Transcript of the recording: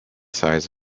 size